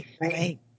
right